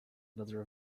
another